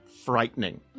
frightening